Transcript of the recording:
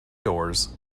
doors